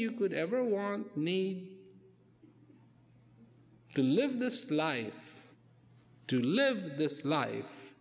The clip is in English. you could ever want me to live this life to live this life